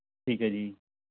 ਠੀਕ ਹੈ ਜੀ